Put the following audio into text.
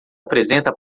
apresenta